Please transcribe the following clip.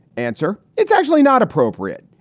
answer it's actually not appropriate.